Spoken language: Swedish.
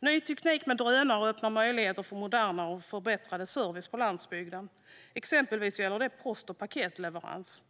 Ny teknik med drönare öppnar möjligheter för modernare och förbättrad service på landsbygden. Exempelvis gäller det post och paketleverans.